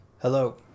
Hello